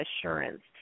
assurance